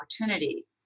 opportunity